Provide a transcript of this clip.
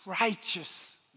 righteous